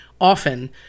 often